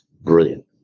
brilliant